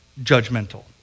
judgmental